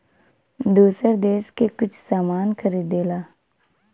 दूसर देस से कुछ सामान खरीदेला